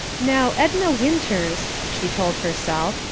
now, edna winters, she told herself,